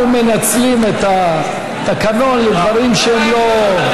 אנחנו מנצלים את התקנון לדברים שהם לא,